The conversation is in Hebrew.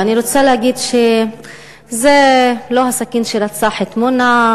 ואני רוצה להגיד שזה לא הסכין שרצח את מונא,